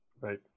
Right